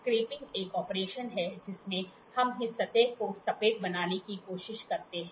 scrapping एक operation है जिसमें हम इस सतह को सपाट बनाने की कोशिश करते हैं